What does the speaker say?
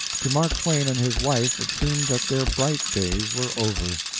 to mark twain and his wife it seemed that their bright days were over.